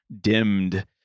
dimmed